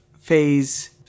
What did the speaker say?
Phase